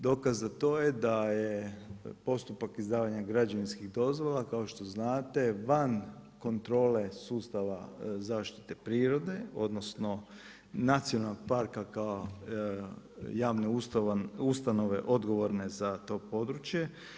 Dokaz za to je da je postupak izdavanja građevinskih dozvola kao što znate van kontrole sustava zaštite prirode, odnosno Nacionalnog parka kao javne ustanove odgovorne za to područje.